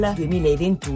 2021